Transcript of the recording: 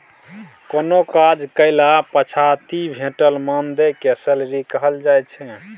कोनो काज कएला पछाति भेटल मानदेय केँ सैलरी कहल जाइ छै